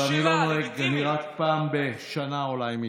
אבל אני לא נוהג, אני רק פעם בשנה אולי מתערב.